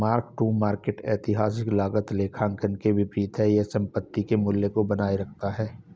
mark to market ऐतिहासिक लागत लेखांकन के विपरीत है यह संपत्ति के मूल्य को बनाए रखता है